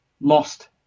lost